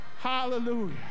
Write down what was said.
hallelujah